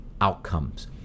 outcomes